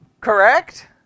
Correct